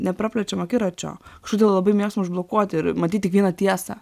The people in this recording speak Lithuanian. nepraplečiam akiračio kažkodėl labai mėgstam užblokuoti ir matyt tik vieną tiesą